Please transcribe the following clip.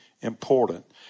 important